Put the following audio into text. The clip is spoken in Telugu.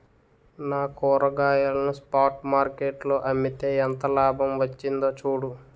నా కూరగాయలను స్పాట్ మార్కెట్ లో అమ్మితే ఎంత లాభం వచ్చిందో చూడు